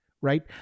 Right